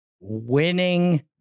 Winning